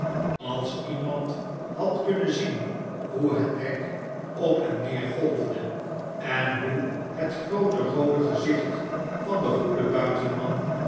als iemand had kunnen zien hoe het dek op en neer golfde en hoe het groote roode gezicht van den goeden